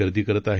गर्दी करत आहेत